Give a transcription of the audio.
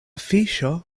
fiŝo